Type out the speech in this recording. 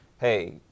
Hey